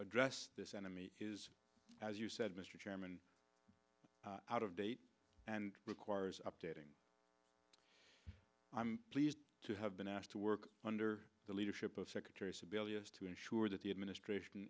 address this enemy is as you said mr chairman out of date and requires updating i'm pleased to have been asked to work under the leadership of secretary sebelius to ensure that the administration